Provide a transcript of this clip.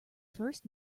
first